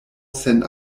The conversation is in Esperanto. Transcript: sen